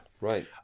right